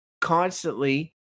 constantly